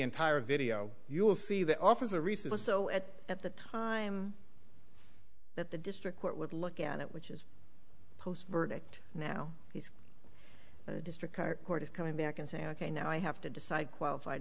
entire video you'll see that offers a researcher so at the time that the district court would look at it which is post verdict now he's the district court is coming back and say ok now i have to decide qualified